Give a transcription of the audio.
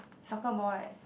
soccer ball right